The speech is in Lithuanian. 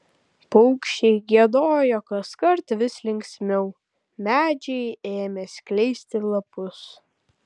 paukščiai giedojo kaskart vis linksmiau medžiai ėmė skleisti lapus